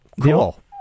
Cool